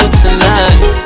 tonight